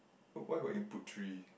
why got input three